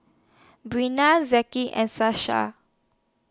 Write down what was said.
Briana Zackery and Sasha